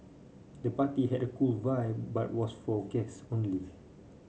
the party had a cool vibe but was for guests only